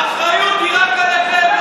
האחריות היא רק עליכם,